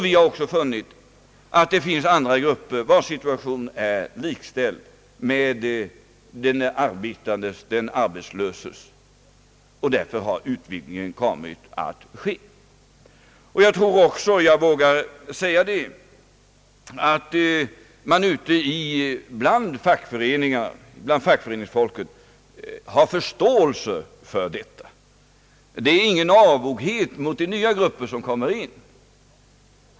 Vi har också funnit att situationen för andra grupper är likställd med situationen för den arbetslöse arbetstagaren, och därför har utvidgningen kommit att ske. Jag vågar också säga, att man hos fackföreningsfolket har förståelse för detta. Det råder ingen avoghet mot de nya grupper som kommer in.